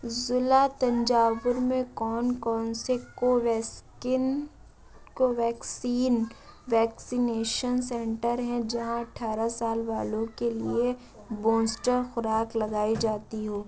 ضلع تنجاور میں کون کون سے کوویسکن کوویکسین ویکسینیشن سنٹر ہیں جہاں اٹھارہ سال والوں کے لیے بوسٹر خوراک لگائی جاتی ہو